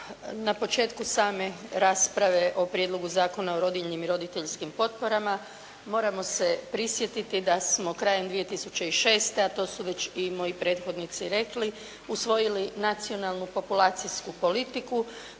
na početku same rasprave o Prijedlogu zakona o rodiljnim i roditeljskim potporama moramo se prisjetiti da smo krajem 2006., a to su već i moji prethodnici rekli, usvojili nacionalnu populacijsku politiku